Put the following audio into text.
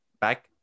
back